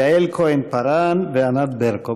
יעל כהן- פארן וענת ברקו.